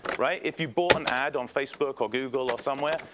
right. if you bought an ad on facebook or google or somewhere,